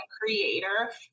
creator